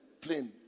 plane